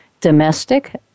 domestic